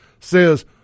says